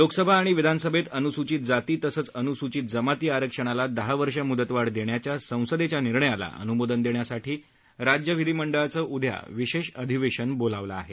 लोकसभा आणि विधानसभेत अन्सूचित जाती तसंच अन्सूचित जमाती आरक्षणाला दहा वर्ष मुदतवाढ देण्याच्या संसदेच्या निर्णयाला अनुमोदन देण्यासाठी राज्य विधीमंडळाचं उद्या विशेष अधिवेशन बोलावण्यात आलं आहे